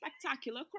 spectacular